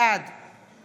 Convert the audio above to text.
בעד